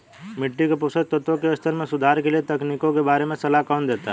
मिट्टी के पोषक तत्वों के स्तर में सुधार के लिए तकनीकों के बारे में सलाह कौन देता है?